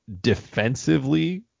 defensively